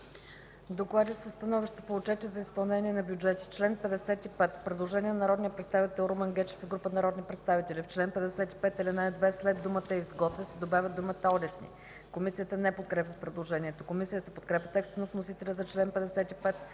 „Доклади със становища по отчети за изпълнение на бюджети – чл. 55.” Предложение на народния представител Румен Гечев и група народни представители: В чл. 55, ал. 2 след думата „изготвя” се добавя думата „одитни”. Комисията не подкрепя предложението. Комисията подкрепя текста на вносителя за чл. 55,